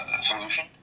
solution